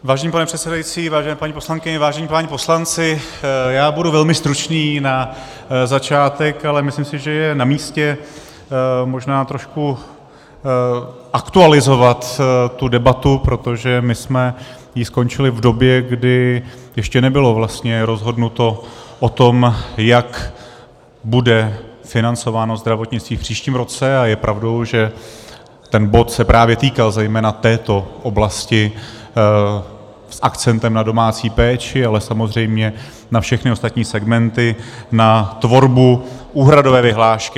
Vážený pane předsedající, vážené paní poslankyně, vážení páni poslanci, já budu velmi stručný na začátek, ale myslím si, že je namístě možná tu debatu trošku aktualizovat, protože my jsme ji skončili v době, kdy ještě nebylo vlastně rozhodnuto o tom, jak bude financováno zdravotnictví v příštím roce, a je pravdou, že ten bod se právě týkal zejména této oblasti s akcentem na domácí péče, ale samozřejmě na všechny ostatní segmenty, na tvorbu úhradové vyhlášky atd.